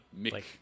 Mick